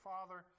Father